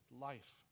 life